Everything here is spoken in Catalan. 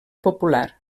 popular